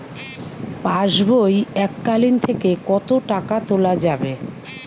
পাশবই এককালীন থেকে কত টাকা তোলা যাবে?